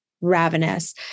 ravenous